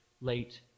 late